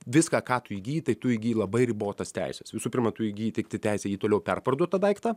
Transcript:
viską ką tu įgyji tai tu įgyji labai ribotas teises visų pirma tu įgyji tiktai teisę ji toliau perparduot tą daiktą